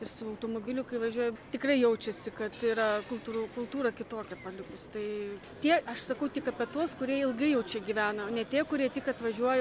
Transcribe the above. ir su automobiliu kai važiuoji tikrai jaučiasi kad yra kultūr kultūra kitokia palikus tai tie aš sakau tik apie tuos kurie ilgai jau čia gyvena o ne tie kurie tik atvažiuoja